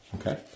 okay